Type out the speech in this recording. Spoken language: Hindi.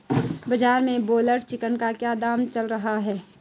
बाजार में ब्रायलर चिकन का क्या दाम चल रहा है?